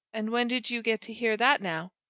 and when did you get to hear that, now?